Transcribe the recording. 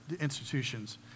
institutions